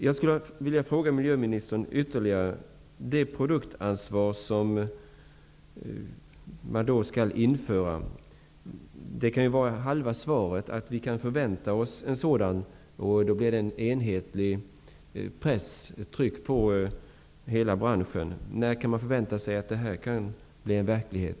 Halva svaret kunde vara att vi kan förvänta oss ett produktansvar. Då blir det en enhetlig press på hela branschen. När kan man förvänta sig att det kan bli verklighet?